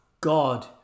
God